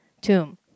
tomb